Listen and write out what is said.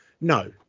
no